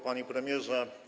Panie Premierze!